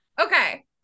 Okay